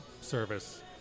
service